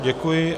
Děkuji.